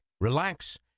relax